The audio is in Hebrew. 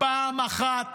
פעם אחת,